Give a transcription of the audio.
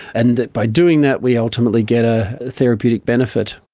and that by doing that we ultimately get a therapeutic benefit.